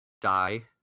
die